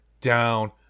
down